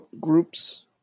groups